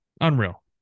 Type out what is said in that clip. Unreal